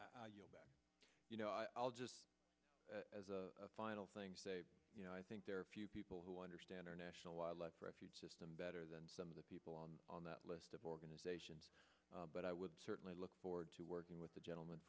to you know i'll just as a final thing you know i think there are a few people who understand our national wildlife refuge system better than some of the people on on that list of organizations but i would certainly look forward to working with the gentleman